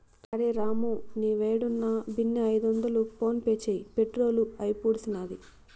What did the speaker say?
అరె రామూ, నీవేడున్నా బిన్నే ఐదొందలు ఫోన్పే చేయి, పెట్రోలు అయిపూడ్సినాది